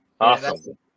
Awesome